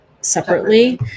separately